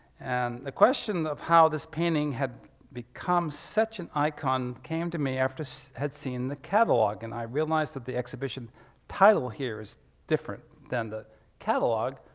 and the question of how this painting had become such an icon came to me after so seeing the catalog and i realized that the exhibition title here is different than the catalog